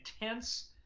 intense